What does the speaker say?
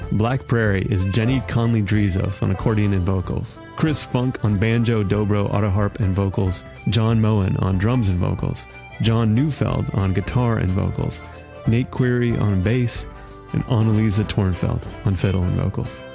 black prairie is jenny conlee-drizos on accordion and vocals chris funk on banjo, dobro, autoharp, and vocals john moen on drums and vocals jon neufeld on guitar and vocals nate query on bass and ah annalisa tornfelt on fiddle and vocals.